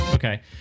okay